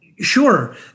Sure